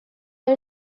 are